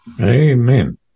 Amen